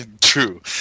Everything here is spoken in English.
true